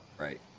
Right